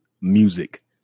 music